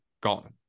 gone